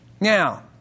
Now